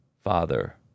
father